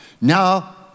Now